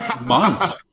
months